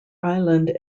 island